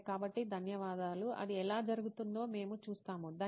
సరే కాబట్టి ధన్యవాదాలు అది ఎలా జరుగుతుందో మేము చూస్తాము